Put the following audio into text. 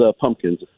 pumpkins